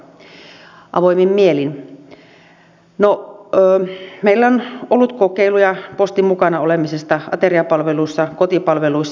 meillä on ollut kokeiluja postin mukana olemisesta ateriapalveluissa kotipalveluissa